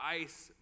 ice